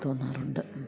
തോന്നാറുണ്ട്